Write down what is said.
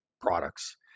products